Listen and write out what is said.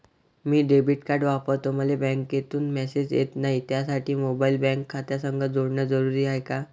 मी debit card वापरतो मले बँकेतून मॅसेज येत नाही, त्यासाठी मोबाईल बँक खात्यासंग जोडनं जरुरी हाय का?